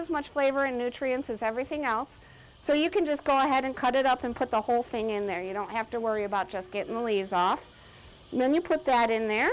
as much flavor and nutrients as everything else so you can just go ahead and cut it up and put the whole thing in there you don't have to worry about just getting the leaves off and then you put that in there